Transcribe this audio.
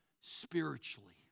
spiritually